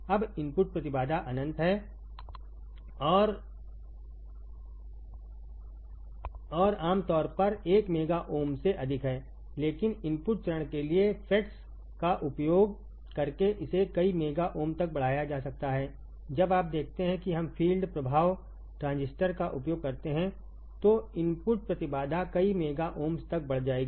अब इनपुट प्रतिबाधा अनंत है और आम तौर पर एक मेगाओमसे अधिक है लेकिन इनपुट चरण के लिए FETs का उपयोग करके इसे कई मेगा ओम तक बढ़ाया जा सकता है जब आप देखते हैं कि हम फ़ील्ड प्रभाव ट्रांजिस्टर का उपयोग करते हैं तो इनपुट प्रतिबाधा कईमेगाohms तक बढ़ जाएगी